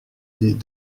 des